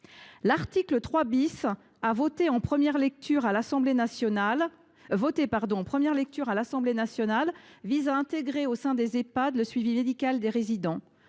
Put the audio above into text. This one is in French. L’article 3 A, voté en première lecture à l’Assemblée nationale, vise à intégrer au sein des Ehpad le suivi médical des résidents.